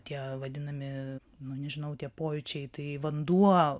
tie vadinami nu nežinau tie pojūčiai tai vanduo